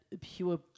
pure